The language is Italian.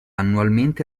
annualmente